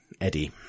Eddie